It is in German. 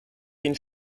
den